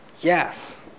Yes